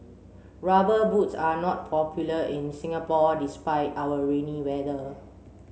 rubber boots are not popular in Singapore despite our rainy weather